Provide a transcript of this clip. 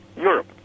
Europe